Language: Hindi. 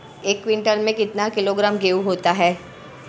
एक क्विंटल में कितना किलोग्राम गेहूँ होता है?